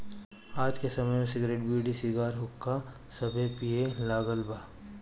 आज के समय में सिगरेट, बीड़ी, सिगार, हुक्का सभे पिए लागल बा